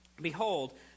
Behold